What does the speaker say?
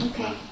Okay